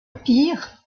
pire